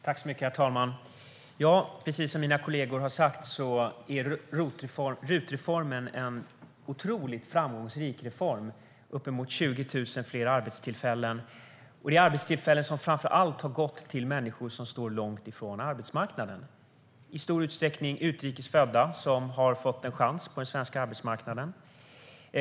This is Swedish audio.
Herr talman! Precis som mina kollegor har sagt är RUT-reformen en otroligt framgångsrik reform som har gett uppemot 20 000 fler arbetstillfällen. Det är arbetstillfällen som framför allt har gått till människor som står långt ifrån arbetsmarknaden. I stor utsträckning är det utrikes födda som har fått en chans på den svenska arbetsmarknaden.